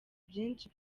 byinshi